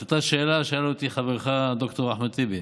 את אותה שאלה שאל אותי חברך דוקטור אחמד טיבי.